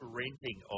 renting